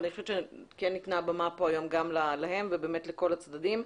אבל אני חושבת שכן ניתנה פה במה היום גם למגדלים ולכל הצדדים.